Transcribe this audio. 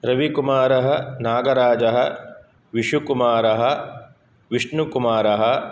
रविकुमारः नागराजः विशुकुमारः विष्णुकुमारः